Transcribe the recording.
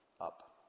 up